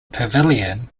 pavilion